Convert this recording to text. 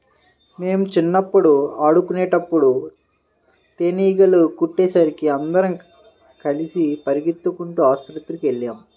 మేం చిన్నప్పుడు ఆడుకునేటప్పుడు తేనీగలు కుట్టేసరికి అందరం కలిసి పెరిగెత్తుకుంటూ ఆస్పత్రికెళ్ళాం